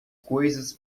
coisas